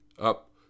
up